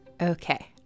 Okay